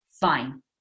Fine